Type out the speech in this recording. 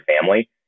family